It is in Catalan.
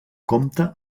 compta